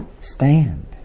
stand